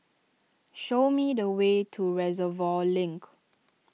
show me the way to Reservoir Link